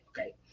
Okay